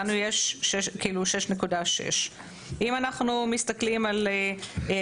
לנו יש 6.6. אם אנחנו מסתכלים על הולנד,